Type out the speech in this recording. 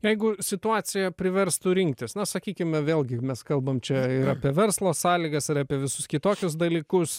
jeigu situacija priverstų rinktis na sakykime vėlgi mes kalbam čia ir apie verslo sąlygas ir apie visus kitokius dalykus